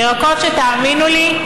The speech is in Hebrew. ירקות שתאמינו לי,